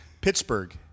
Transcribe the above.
Pittsburgh